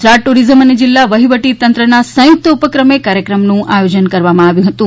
Gujarat tourism અને જિલ્લા વહીવટી તંત્રના સંયુક્ત ઉપક્રમે કાર્યક્રમનું આયોજન કરવામાં આવ્યું હતું